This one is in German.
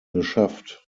geschafft